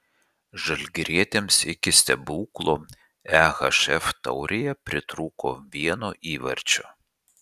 žalgirietėms iki stebuklo ehf taurėje pritrūko vieno įvarčio